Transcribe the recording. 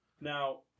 Now